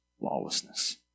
lawlessness